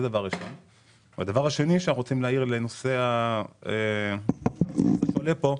הדבר השני שאני רוצים להעיר הוא גם לתחילה של מה שעולה כאן.